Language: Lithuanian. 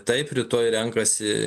taip rytoj renkasi